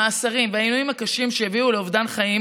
המאסרים והימים הקשים שהביאו לאובדן חיים